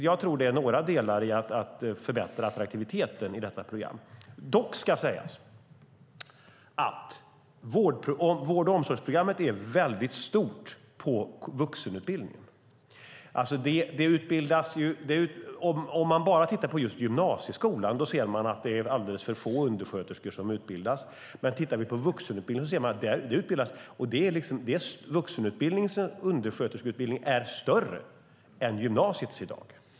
Jag tror att det är några delar i att förbättra attraktiviteten i detta program. Dock, ska sägas, är vård och omsorgsprogrammet väldigt stort inom vuxenutbildningen. Om man bara tittar på gymnasieskolan ser man att det är alldeles för få undersköterskor som utbildas, men tittar man på vuxenutbildningens undersköterskeutbildning ser man att den är större än gymnasiets i dag.